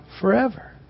forever